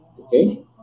Okay